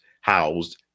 housed